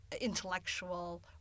intellectual